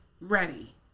Ready